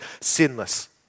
sinless